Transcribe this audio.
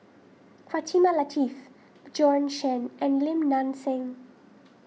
Quatimah Lateef Bjorn Shen and Lim Nang Seng